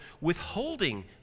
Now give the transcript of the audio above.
withholding